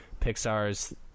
pixar's